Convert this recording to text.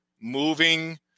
moving